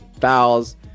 fouls